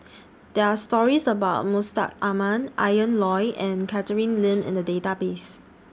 There Are stories about Mustaq Ahmad Ian Loy and Catherine Lim in The Database